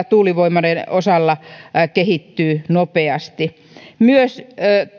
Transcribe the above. tuulivoimaloiden osalla kehittyy nopeasti myös